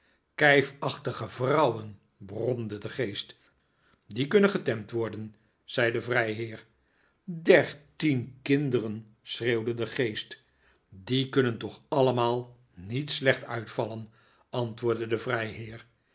kijfachtige vrouwen bromde de geest die kunnen getemd worden zei de vrijheer dertien kinderen schreeuwde de geest die kunnen toch allemaal niet slecht uitvallen antwoordde de vrijheer